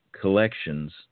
collections